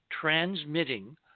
transmitting